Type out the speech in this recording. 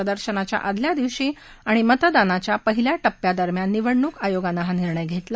प्रदर्शनाच्या आदल्या दिवशी आणि मतदानाच्या पहिल्या टप्प्या दरम्यान निवडणूक आयोगाने हा निर्णय घेतला